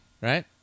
Right